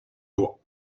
doigts